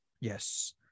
Yes